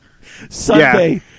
Sunday